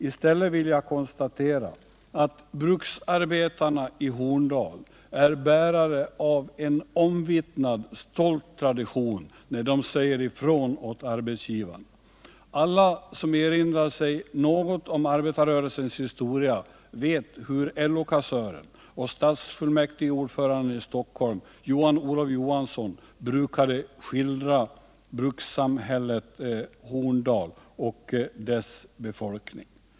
I stället vill jag konstatera att bruksarbetarna i Horndal är bärare av en omvittnad stolt tradition, när de säger ifrån åt arbetsgivarna. Alla som erinrar sig något om arbetarrörelsens historia vet hur LO-kassören och stadsfullmäktiges ordförande i Stockholm Johan-Olov Johansson brukade skildra brukssamhället Horndal och dess befolkning.